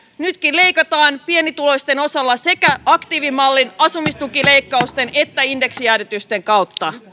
nytkin leikataan pienituloisten osalta sekä aktiivimallin asumistukileikkausten että indeksijäädytysten kautta